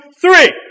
three